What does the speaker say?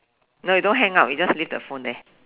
no you don't hang on you just leave the phone there